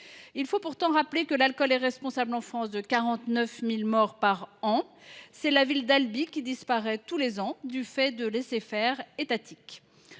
Il faut pourtant rappeler que l’alcool est responsable en France de 49 000 décès par an. C’est la ville d’Albi qui disparaît tous les ans à cause de ce laisser faire étatique.